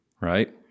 right